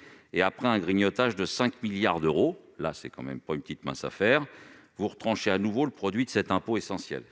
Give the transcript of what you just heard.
! Après un grignotage de 5 milliards d'euros- ce n'est tout de même pas une petite affaire -, vous retranchez de nouveau le produit de cet impôt essentiel.